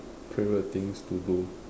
favorite things to do